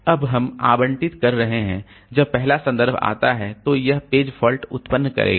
अब हम आबंटित कर रहे हैं जब पहला सन्दर्भ आता है तो यह पेज फॉल्ट उत्पन्न करेगा